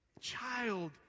Child